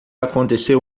aconteceu